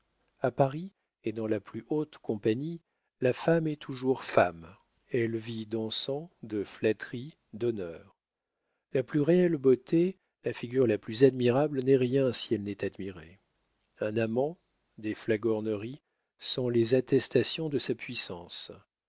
a paris et dans la plus haute compagnie la femme est toujours femme elle vit d'encens de flatteries d'honneurs la plus réelle beauté la figure la plus admirable n'est rien si elle n'est admirée un amant des flagorneries sont les attestations de sa puissance